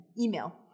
email